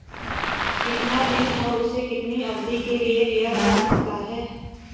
कितना ऋण और उसे कितनी अवधि के लिए लिया जा सकता है?